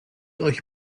euch